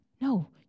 No